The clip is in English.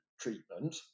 treatment